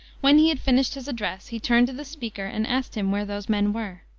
when he had finished his address, he turned to the speaker and asked him where those men were.